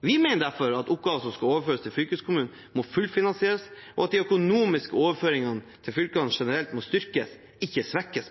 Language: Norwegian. Vi mener derfor at oppgaver som skal overføres til fylkeskommunene, må fullfinansieres, og at de økonomiske overføringene til fylkene generelt må styrkes, ikke svekkes.